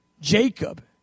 Jacob